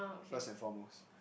first and foremost